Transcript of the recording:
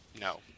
No